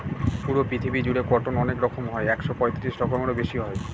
পুরো পৃথিবী জুড়ে কটন অনেক রকম হয় একশো পঁয়ত্রিশ রকমেরও বেশি হয়